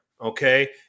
okay